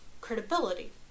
credibility